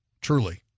Truly